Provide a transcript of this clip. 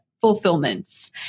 fulfillments